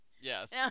Yes